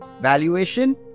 valuation